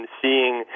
seeing